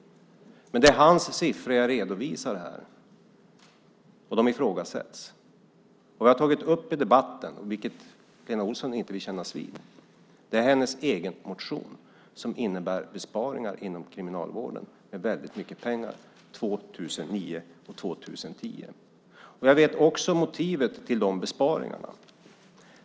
Men det är hans siffror som jag redovisar här, och de ifrågasätts. Det som jag har tagit upp i debatten, vilket Lena Olsson inte vill kännas vid, är hennes egen motion som innebär besparingar inom kriminalvården med väldigt mycket pengar åren 2009 och 2010. Jag vet också motivet till besparingarna.